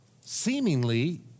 seemingly